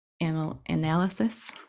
analysis